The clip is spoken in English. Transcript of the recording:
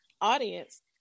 audience